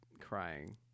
crying